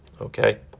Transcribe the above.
okay